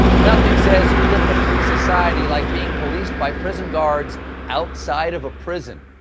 nothing says you live in a free society like being policed by prison guards outside of a prison.